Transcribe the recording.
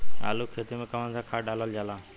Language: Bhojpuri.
आलू के खेती में कवन सा खाद डालल जाला?